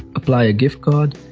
apply a gift card,